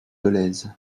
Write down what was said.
dolez